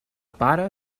pare